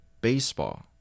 Baseball